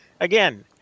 again